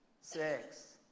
six